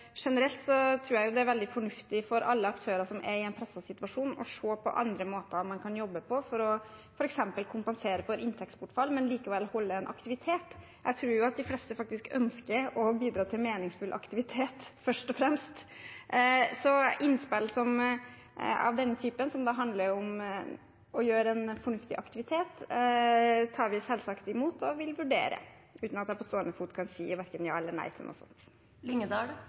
det er veldig fornuftig for alle aktører som er i en presset situasjon, å se på andre måter man kan jobbe på for f.eks. å kompensere for inntektsbortfall, men likevel holde en aktivitet. Jeg tror at de fleste ønsker å bidra til meningsfull aktivitet først og fremst, så innspill av denne typen, som handler om å gjøre en fornuftig aktivitet, tar vi selvsagt imot og vil vurdere, uten at jeg på stående fot kan si verken ja eller nei til noe